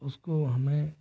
उसको हमें